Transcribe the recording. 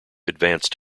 advanced